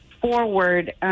forward